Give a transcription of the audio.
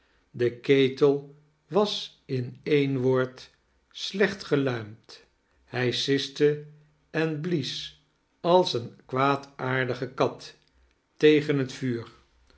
de ketel was in een woord slecht geluimd hij siste en blies als een kwaadaardige kat tegen het vuur